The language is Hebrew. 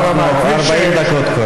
אנחנו כבר 40 דקות.